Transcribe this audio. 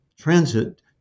transit